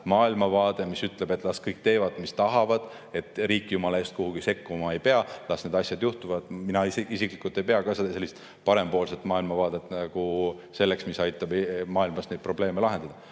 maailmavaade, mis ütleb, et las kõik teevad, mis tahavad, et riik jumala eest kuhugi sekkuma ei pea, las need asjad juhtuvad – mina isiklikult ei pea sellist parempoolset maailmavaadet selliseks, mis aitab maailmas neid probleeme lahendada.